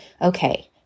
okay